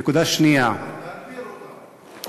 נקודה שנייה, להדביר אותם.